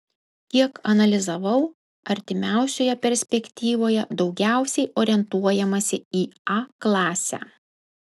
kiek analizavau artimiausioje perspektyvoje daugiausiai orientuojamasi į a klasę